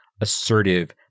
assertive